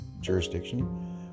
jurisdiction